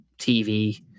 TV